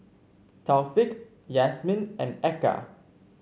Taufik Yasmin and Eka